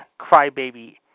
crybaby